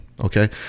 Okay